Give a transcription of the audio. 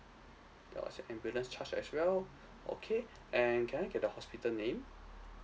there was an ambulance charge as well okay and can I get the hospital name